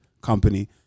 company